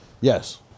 Yes